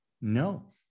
No